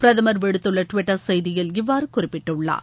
பிரதமர் விடுத்துள்ள டுவிட்டர் செய்தியில் இவ்வாறு குறிப்பிட்டுள்ளார்